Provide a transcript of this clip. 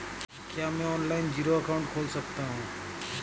क्या मैं online zero account खोल सकता हूँ?